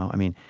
i mean,